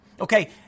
Okay